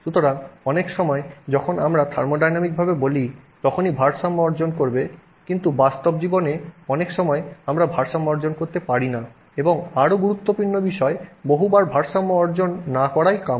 সুতরাং অনেক সময় যখন আমরা থার্মোডাইনামিকভাবে বলি তখনই ভারসাম্য অর্জন করবে কিন্তু বাস্তব জীবনেও অনেক সময় আমরা ভারসাম্য অর্জন করতে পারি না এবং আরও গুরুত্বপূর্ণ বিষয় বহুবার ভারসাম্য অর্জন না করাই কাম্য